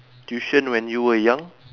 tuition when you were young